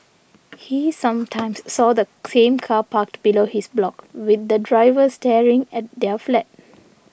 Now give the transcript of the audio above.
he sometimes saw the same car parked below his block with the driver staring at their flat